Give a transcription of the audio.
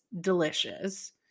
delicious